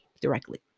directly